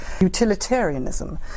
Utilitarianism